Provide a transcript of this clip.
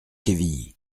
quevilly